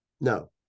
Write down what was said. No